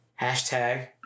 Hashtag